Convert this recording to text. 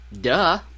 Duh